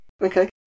Okay